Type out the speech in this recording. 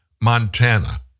Montana